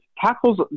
tackles